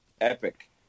epic